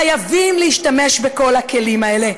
חייבים להשתמש בכל הכלים האלה,